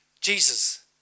Jesus